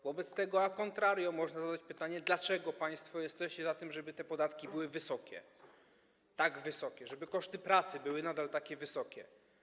Wobec tego a contrario można zadać pytanie, dlaczego państwo jesteście za tym, żeby te podatki były wysokie, tak wysokie, żeby koszty pracy były nadal takie wysokie.